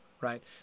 right